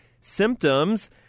symptoms